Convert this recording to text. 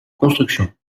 construction